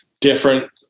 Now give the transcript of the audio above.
different